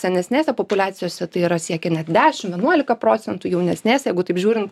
senesnėse populiacijose tai yra siekia net dešim vienuolika procentų jaunesnėse jeigu taip žiūrint